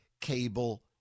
cable